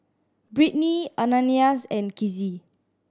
Brittnee Ananias and Kizzy